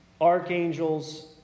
archangels